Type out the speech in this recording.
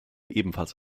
ebenfalls